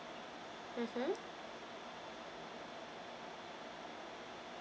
mmhmm